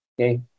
Okay